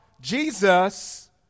Jesus